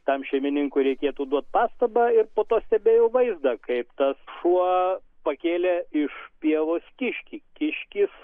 tam šeimininkui reikėtų duot pastabą ir po to stebėjau vaizdą kaip tas šuo pakėlė iš pievos kiškį kiškis